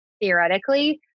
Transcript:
theoretically